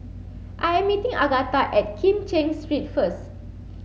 I am meeting Agatha at Kim Cheng Street first